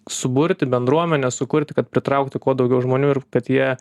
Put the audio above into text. suburti bendruomenę sukurti kad pritraukti kuo daugiau žmonių ir kad jie